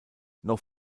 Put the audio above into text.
noch